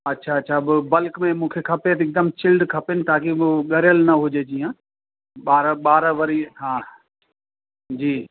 अच्छा अच्छा बि बल्कि में मूंखे खपे त हिकदमि चिल्ड खपेनि ताकि ॻरियल न हुजनि जीअं ॿार ॿार वरी हा जी